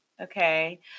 okay